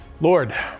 Lord